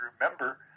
remember